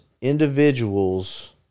individuals